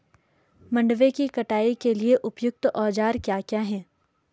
मंडवे की कटाई के लिए उपयुक्त औज़ार क्या क्या हैं?